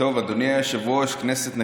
אדוני היושב-ראש, כנסת נכבדה,